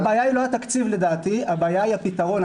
הבעיה היא לא התקציב לדעתי, הבעיה היא הפתרון.